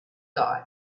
guy